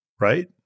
Right